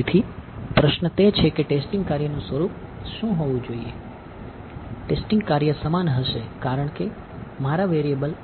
તેથી પ્રશ્ન તે છે કે ટેસ્ટિંગ કાર્યનું સ્વરૂપ શું હોવું જોઈએ ટેસ્ટિંગ કાર્ય સમાન હશે કારણ કે મારા વેરિએબલ